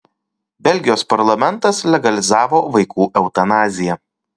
belgijos parlamentas legalizavo vaikų eutanaziją